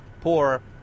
Poor